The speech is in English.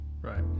right